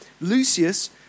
Lucius